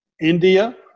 India